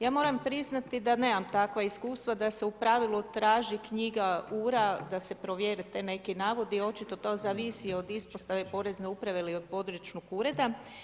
Ja moram priznati da nemam takva iskustva da se u pravilu traži knjiga U-RA da se provjere ti neki navodi i očito to zavisi od ispostave porezne uprave ili od područnog ureda.